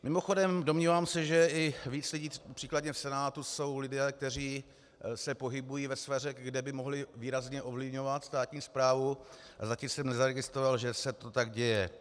Mimochodem, domnívám se, že i víc lidí, například v Senátu jsou lidé, kteří se pohybují ve sféře, kde by mohli výrazně ovlivňovat státní správu, ale zatím jsem nezaregistroval, že se to tak děje.